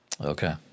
Okay